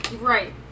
Right